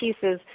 pieces